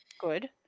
Good